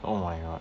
oh my god